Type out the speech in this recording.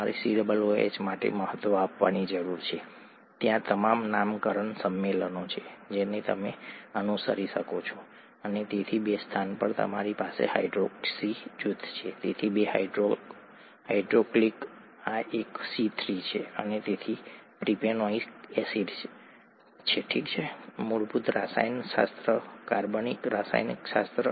તમારે COOH માટે મહત્વ આપવાની જરૂર છે ત્યાં તમામ નામકરણ સંમેલનો છે જેને તમે અનુસરી શકો અને તેથી બે સ્થાન પર તમારી પાસે હાઇડ્રોક્સી જૂથ છે તેથી બે હાઇડ્રોક્સિલ આ એક C3 છે અને તેથી પ્રોપેનોઇક એસિડ ઠીક છે મૂળભૂત રસાયણશાસ્ત્ર કાર્બનિક રસાયણશાસ્ત્ર